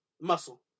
Muscle